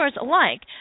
alike